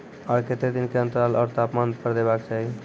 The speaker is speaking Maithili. आर केते दिन के अन्तराल आर तापमान पर देबाक चाही?